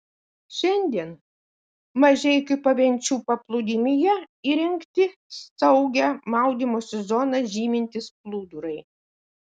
šiandien mažeikių pavenčių paplūdimyje įrengti saugią maudymosi zoną žymintys plūdurai